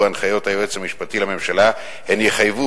הנחיות היועץ המשפטי לממשלה הן יחייבו,